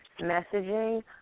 messaging